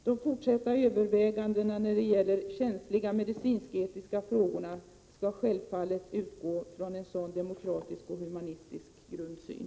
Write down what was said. De fortsatta övervägandena när det gäller de känsliga medicinsk-etiska frågorna skall självfallet utgå från en sådan demokratisk och humanistisk grundsyn.